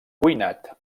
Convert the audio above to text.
cuinat